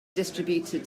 distributed